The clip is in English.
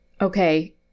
okay